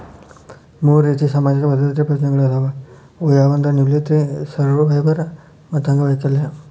ಮೂರ್ ರೇತಿ ಸಾಮಾಜಿಕ ಭದ್ರತೆ ಪ್ರಯೋಜನಗಳಾದವ ಅವು ಯಾವಂದ್ರ ನಿವೃತ್ತಿ ಸರ್ವ್ಯವರ್ ಮತ್ತ ಅಂಗವೈಕಲ್ಯ